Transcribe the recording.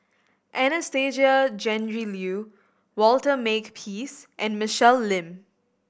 Anastasia Tjendri Liew Walter Makepeace and Michelle Lim